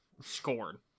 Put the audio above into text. Scorn